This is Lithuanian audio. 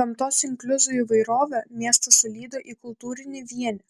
gamtos inkliuzų įvairovę miestas sulydo į kultūrinį vienį